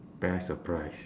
best surprise